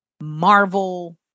Marvel